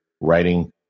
writing